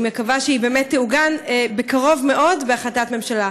מקווה שהיא באמת תעוגן בקרוב מאוד בהחלטת ממשלה.